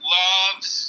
loves